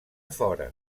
fora